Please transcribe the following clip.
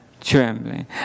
trembling